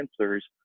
answers